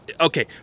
Okay